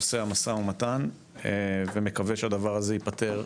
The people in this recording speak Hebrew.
בנושא המשא ומתן ומקווה שהדבר הזה ייפתר,